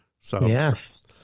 Yes